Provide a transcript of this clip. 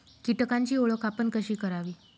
कीटकांची ओळख आपण कशी करावी?